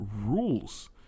rules